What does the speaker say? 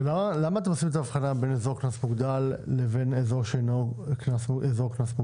למה אתם עושים את ההבחנה בין אזור קנס מוגדל לבין אזור שאינו קנס מוגדל?